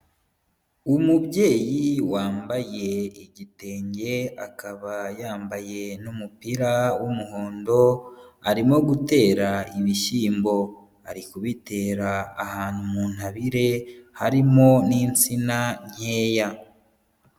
Umubyeyi wambaye igitenge, akaba yambaye n'umupira w'umuhondo; arimo gutera ibishyimbo, ari kubitera ahantu mu ntabire harimo n'insina nkeya.